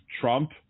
Trump –